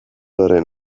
horren